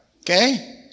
Okay